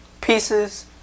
pieces